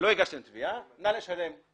הגשתם תביעה אז נא לשלם את החוב הזה.